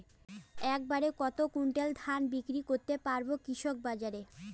এক বাড়ে কত কুইন্টাল ধান বিক্রি করতে পারবো কৃষক বাজারে?